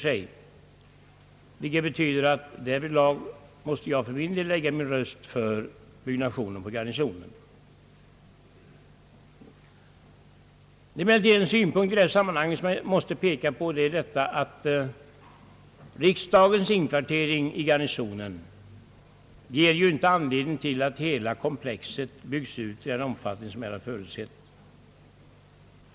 Jag vill dock lägga min röst för byggnation i kvarteret Garnisonen. Emellertid måste jag peka på en synpunkt i detta sammanhang, nämligen att riksdagens inkvartering i Garnisonen inte ger anledning till att hela kvarteret byggs ut i den omfattning som här förutsättes.